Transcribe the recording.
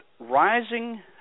rising